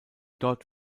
dort